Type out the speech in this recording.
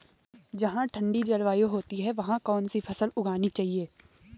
जहाँ ठंडी जलवायु होती है वहाँ कौन सी फसल उगानी चाहिये?